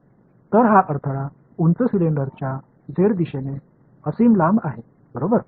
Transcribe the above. तर हा अडथळा उंच सिलेंडरच्या z दिशेने असीम लांब आहे बरोबर